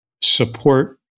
support